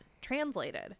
translated